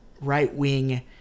right-wing